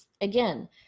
Again